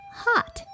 hot